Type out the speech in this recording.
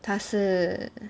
他是